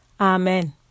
Amen